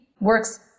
works